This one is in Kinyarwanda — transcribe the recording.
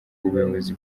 ubuyobozi